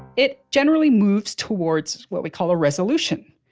it generally moves towards what we call a resolution.